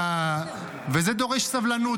וזה דורש סבלנות.